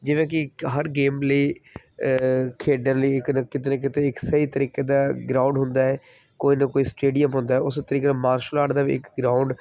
ਜਿਵੇਂ ਕਿ ਹਰ ਗੇਮ ਲਈ ਖੇਡਣ ਲਈ ਇੱਕ ਕਿਤੇ ਨਾ ਕਿਤੇ ਇੱਕ ਸਹੀ ਤਰੀਕੇ ਦਾ ਗਰਾਊਂਡ ਹੁੰਦਾ ਹੈ ਕੋਈ ਨਾ ਕੋਈ ਸਟੇਡੀਅਮ ਹੁੰਦਾ ਉਸ ਤਰੀਕੇ ਮਾਰਸ਼ਲ ਆਰਟ ਦਾ ਵੀ ਇੱਕ ਗਰਾਊਂਡ